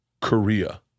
Korea